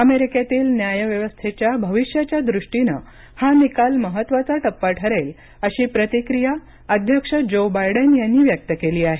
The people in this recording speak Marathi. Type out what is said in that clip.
अमेरिकेतील न्यायव्यवस्थेच्या भविष्याच्या दृष्टीनं हा निकाल महत्त्वाचा टप्पा ठरेल अशी प्रतिक्रिया अध्यक्ष ज्यो बायडेन यांनी व्यक्त केली आहे